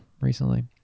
recently